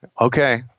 Okay